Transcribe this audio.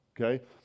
okay